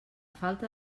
falta